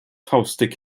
faustdick